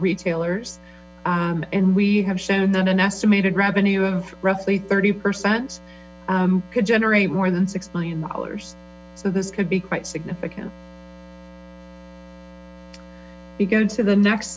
retailers and we have shown that an estimated revenue of roughly thirty percent could generate more than six million dollars so this could be quite significant if you go to the next